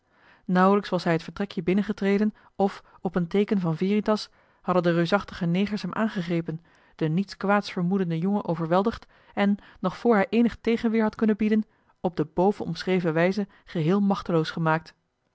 nauwelijks was hij het vertrekje binnen getreden of op een teeken van veritas hadden de reusachtige negers hem aangegrepen den niets kwaads vermoedenden jongen overweldigd en nog voor hij eenigen tegenweer had kunnen bieden op de boven omschreven wijze geheel machteloos gemaakt